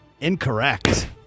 Incorrect